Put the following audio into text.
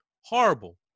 horrible